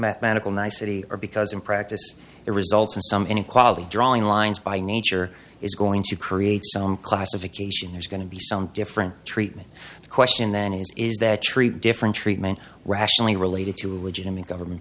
mathematical nicety or because in practice it results in some inequality drawing lines by nature is going to create some classification there's going to be some different treatment the question then is is that treat different treatment rationally related to a legitimate government